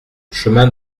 chemin